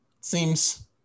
Seems